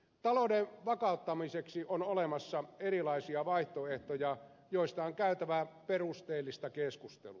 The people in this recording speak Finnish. talouden vakauttamiseksi on olemassa erilaisia vaihtoehtoja joista on käytävä perusteellista keskustelua